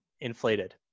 inflated